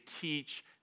teach